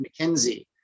McKinsey